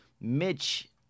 Mitch